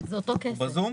סיגל.